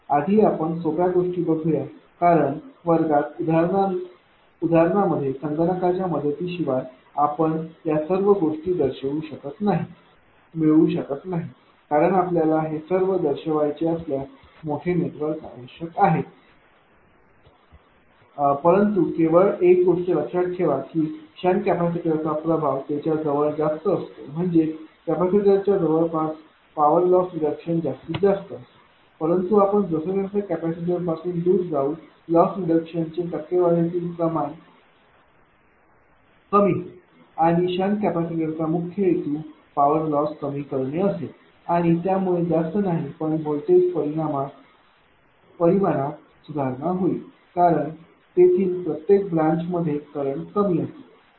आधी आपण सोप्या गोष्टी बघूया कारण वर्गात उदाहरणामध्ये संगणकाच्या मदतीशिवाय आपण या सर्व गोष्टी दर्शवू शकत नाही कारण आपल्याला हे सर्व दर्शवायचे असल्यास मोठे नेटवर्क आवश्यक आहे परंतु केवळ एक गोष्ट लक्षात ठेवा की शंट कॅपॅसिटरचा प्रभाव त्याच्या जवळच जास्त असतो म्हणजेच कॅपॅसिटरच्या जवळपास पॉवर लॉस रिडक्शन जास्तीत जास्त असेल परंतु आपण जसे जसे कॅपॅसिटर पासून दूर जाऊ लॉस रिडक्शनचे टक्केवारीतील प्रमाण कमी होईल आणि शंट कॅपेसिटर चा मुख्य हेतू पॉवर लॉस कमी करणे असेल आणि त्यामुळे जास्त नाही पण व्होल्टेज परिमाणात सुधारणा होईल कारण तेथील प्रत्येक ब्रांच मध्ये करंट कमी असेल